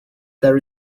there